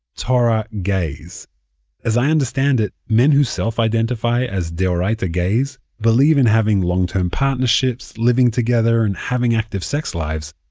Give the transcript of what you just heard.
torah gays as i understand it, men who self-identify as de'oraita gays believe in having long-term partnerships, living together, and having active sex lives,